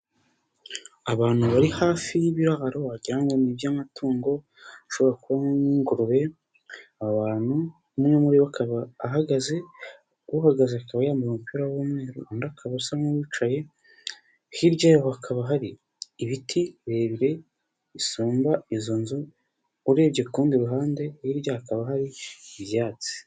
Abantu bari hafi y'ibiraro wagira ngo ni iby'amatungo, ashobora kubamo nk'ingurube, abantu, umwe muri boba ahagaze, uhagaze akaba yambaye umupira w'umweru, undi akaba asa nk'uwicaye, hirya hakaba hari ibiti birebire bisumba izo nzu, urebye kurundi ruhande hirya hakaba hari ibyatsi.